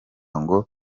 ngo